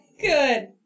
Good